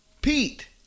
Pete